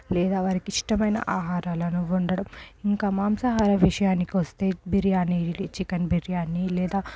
లేదా వారికి ఇష్టమైన ఆహారాన్ని వండటం ఇంకా మాంసాహార విషయానికి వస్తే బిర్యానీ లేదా చికెన్ బిర్యాని లేదా